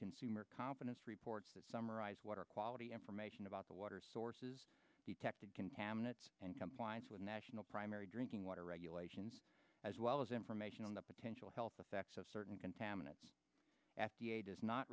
consumer confidence reports that summarize water quality information about the water sources detected contaminants and compliance with national primary drinking water regulations as well as information on the potential health effects of certain contaminants f d a does not